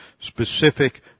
specific